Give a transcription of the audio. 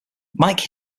mike